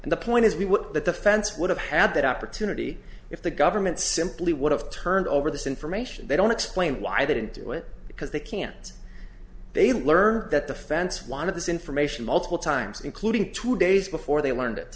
and the point is we what the defense would have had that opportunity if the government simply would have turned over this information they don't explain why they didn't do it because they can't they learn that the fence one of this information multiple times including two days before they learned it